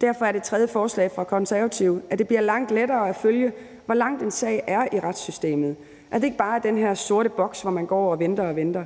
Derfor er det tredje forslag fra Konservative, at det bliver langt lettere at følge, hvor langt en sag er i retssystemet, altså at det ikke bare er den her sorte boks, hvor man går og venter og venter.